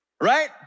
right